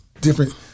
different